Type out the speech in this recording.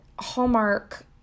hallmark